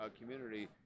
community